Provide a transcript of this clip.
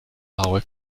our